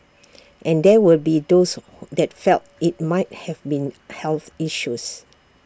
and there will be those that felt IT might have been health issues